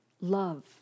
love